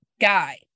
guy